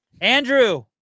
Andrew